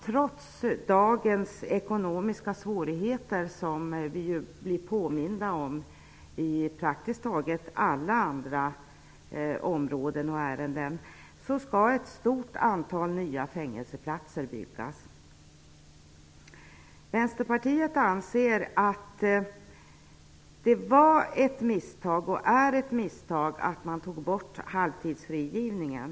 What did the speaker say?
Trots dagens ekonomiska svårigheter, som vi ju blir påminda om när det gäller praktiskt taget alla områden, skall ett stort antal nya fängelseplatser inrättas. Vi i Vänsterpartiet anser att det var och är ett misstag att man tog bort halvtidsfrigivningen.